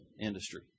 industry